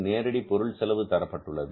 நேரடி பொருள் செலவு தரப்பட்டுள்ளது